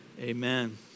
Amen